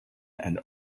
and